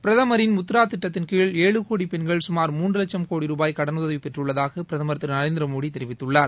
பிரதமரின் முத்ரா திட்டத்தின் கீழ் ஏழு கோடி பெண்கள் சுமார் மூன்று லட்சம் கோடி ரூபாய் கடனுதவி பெற்றுள்ளதாக பிரதமர் திருநரேந்திர மோடி தெரிவித்துள்ளார்